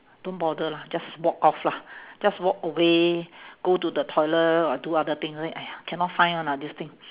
don't bother lah just walk off lah just walk away go to the toilet or do other thing then !aiya! cannot find one lah this thing